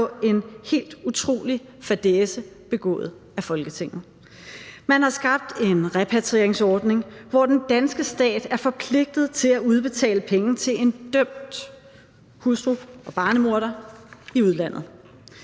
på en helt utrolig fadæse begået af Folketinget: Man har skabt en repatrieringsordning, hvor den danske stat er forpligtet til at udbetale penge til en dømt hustru- og barnemorder i udlandet.